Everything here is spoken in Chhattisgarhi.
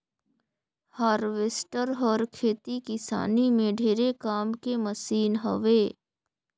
हारवेस्टर हर खेती किसानी में ढेरे काम के मसीन हवे